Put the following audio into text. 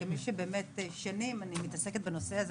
כמי שבאמת שנים אני מתעסקת בנושא הזה,